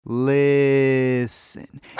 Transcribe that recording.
Listen